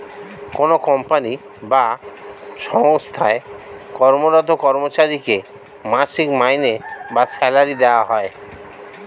কোনো কোম্পানি বা সঙ্গস্থায় কর্মরত কর্মচারীকে মাসিক মাইনে বা স্যালারি দেওয়া হয়